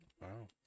Wow